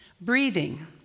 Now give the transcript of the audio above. Breathing